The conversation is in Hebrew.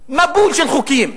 צריך להיות מאבק נגד